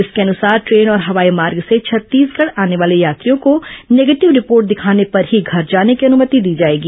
इसके अनुसार ट्रेन और हवाई मार्ग से छत्तीसगढ़ आने वाले यात्रियों को नेगेटिव रिपोर्ट दिखाने पर ही घर जाने की अनुमति दी जाएगी